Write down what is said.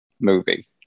movie